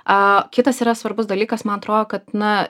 aaa kitas yra svarbus dalykas man atro kad na